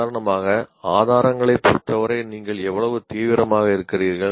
உதாரணமாக ஆதாரங்களைப் பொறுத்தவரை நீங்கள் எவ்வளவு தீவிரமாக இருக்கிறீர்கள்